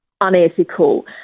unethical